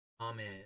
Amen